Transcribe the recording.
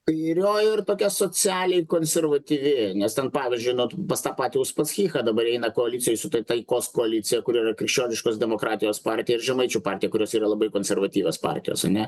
kairioji ir tokia socialiai konservatyvi nes ten pavyzdžiui na pas tą patį uspaskichą dabar eina koalicijoj su tai taikos koalicija kur yra krikščioniškos demokratijos partija ir žemaičių partija kurios yra labai konservatyvios partijos ane